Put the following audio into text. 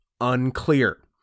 Unclear